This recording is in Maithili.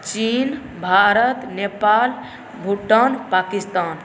चीन भारत नेपाल भुटान पाकिस्तान